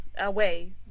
away